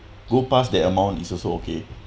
go pass that amount is also okay